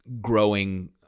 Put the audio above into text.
growing